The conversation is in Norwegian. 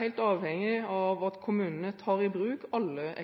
helt avhengige av at kommunene tar i bruk alle